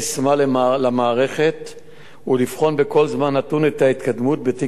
למערכת ולבחון בכל זמן נתון את ההתקדמות בתיק החקירה,